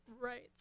Right